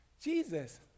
Jesus